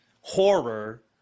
horror